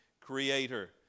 creator